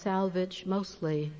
salvage mostly